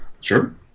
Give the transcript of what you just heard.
Sure